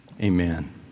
Amen